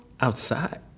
Outside